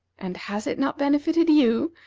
and has it not benefited you?